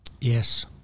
Yes